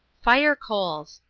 fire-coals.